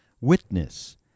Witness